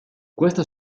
questa